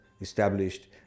established